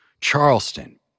Charleston